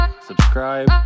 subscribe